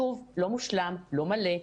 שוב, לא מושלם, לא מלא.